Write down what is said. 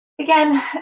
Again